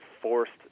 forced